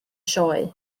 sioe